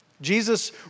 Jesus